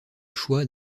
choix